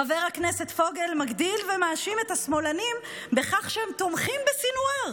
חבר הכנסת פוגל מגדיל ומאשים את השמאלנים בכך שהם תומכים בסנוואר,